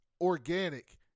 organic